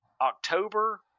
October